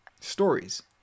stories